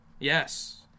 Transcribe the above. yes